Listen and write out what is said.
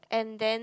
and then